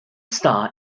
star